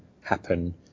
happen